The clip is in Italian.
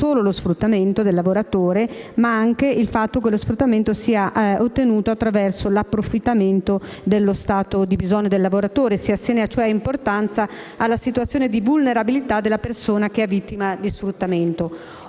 non solo lo sfruttamento del lavoratore, ma anche il fatto che esso sia ottenuto attraverso l'approfittamento dello stato di bisogno del lavoratore stesso: si assegna cioè importanza alla situazione di vulnerabilità della persona vittima di sfruttamento.